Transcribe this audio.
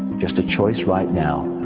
just a choice right now.